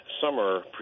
summer